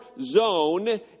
zone